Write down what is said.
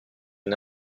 une